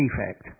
defect